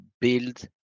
build